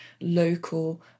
local